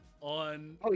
on